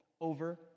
over